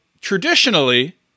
traditionally